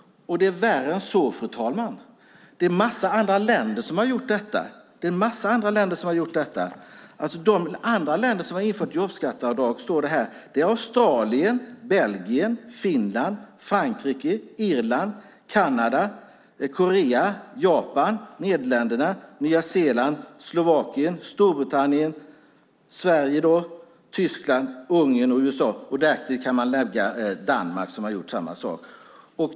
Det är värre än så, fru talman. Det är en massa andra länder som har gjort detta. De länder som har infört jobbskatteavdraget, enligt rapporten, är Australien, Belgien, Finland, Frankrike, Irland, Kanada, Korea, Japan, Nederländerna, Nya Zeeland, Slovakien, Storbritannien, Sverige, Tyskland, Ungern och USA. Därtill kan man lägga Danmark, som har gjort samma sak.